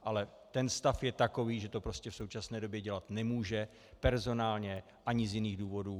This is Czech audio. Ale stav je takový, že to prostě v současné době dělat nemůže personálně ani z jiných důvodů.